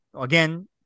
again